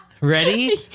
Ready